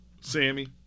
Sammy